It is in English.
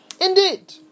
Indeed